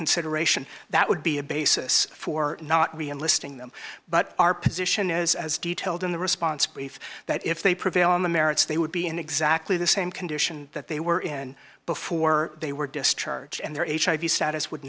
reconsideration that would be a basis for not be enlisting them but our position is as detailed in the response brief that if they prevail on the merits they would be in exactly the same condition that they were in before they were discharged and their hiv status would